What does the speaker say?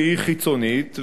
שהיא חיצונית,